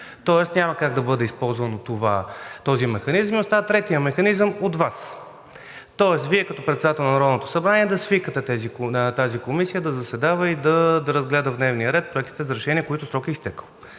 Тоест няма как да бъде използван този механизъм. Остава третият механизъм – от Вас. Тоест Вие като председател на Народното събрание да свикате тази комисия да заседава и да разгледа в дневния ред проектите за решения, на които срокът е изтекъл.